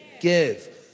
give